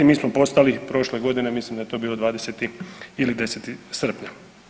Mi smo postali prošle godine mislim da je to bio 20. ili 10. srpnja.